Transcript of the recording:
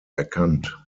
erkannt